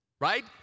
right